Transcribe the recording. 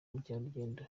mukerarugendo